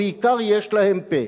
ובעיקר יש להם פה,